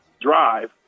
drive